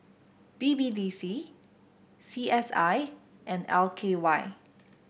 B B D C C S I and L K Y